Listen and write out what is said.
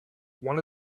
one